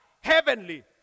heavenly